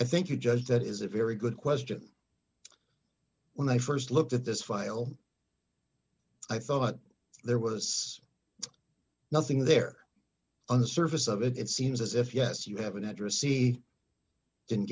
i think you judge that is a very good question when i st looked at this file i thought there was nothing there and service of it it seems as if yes you have an address see didn't